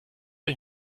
ich